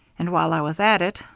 and while i was at it,